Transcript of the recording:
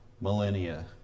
millennia